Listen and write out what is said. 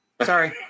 Sorry